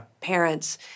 parents